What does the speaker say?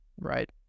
right